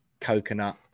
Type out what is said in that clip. coconut